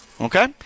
Okay